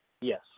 Yes